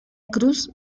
cruz